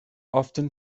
often